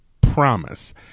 promise